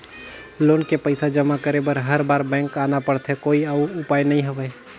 Loan के पईसा जमा करे बर हर बार बैंक आना पड़थे कोई अउ उपाय नइ हवय?